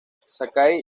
sakai